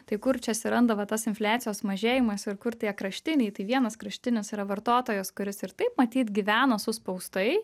tai kur čia atsiranda va tas infliacijos mažėjimas ir kur tie kraštiniai tai vienas kraštinis yra vartotojas kuris ir taip matyt gyveno suspaustai